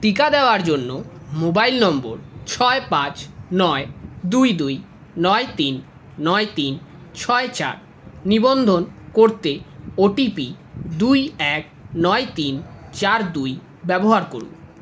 টিকা দেওয়ার জন্য মোবাইল নম্বর ছয় পাঁচ নয় দুই দুই নয় তিন নয় তিন ছয় চার নিবন্ধন করতে ও টি পি দুই এক নয় তিন চার দুই ব্যবহার করুন